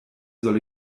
soll